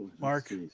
Mark